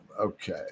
Okay